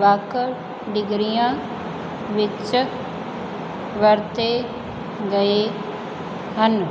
ਵੱਖ ਡਿਗਰੀਆਂ ਵਿੱਚ ਵਰਤੇ ਗਏ ਹਨ